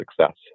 success